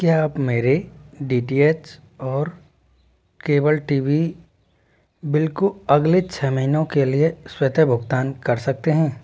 क्या आप मेरे डी टी एच और केवल टी वी बिल को अगले छः महीनों के लिए स्वतः भुगतान कर सकते हैं